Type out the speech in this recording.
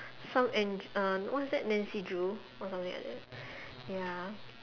some en~ uh what's that Nancy Drew or something like that ya